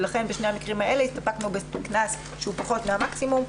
לכן בשני המקרים האלה הסתפקנו בקנס שהוא פחות מהמקסימום.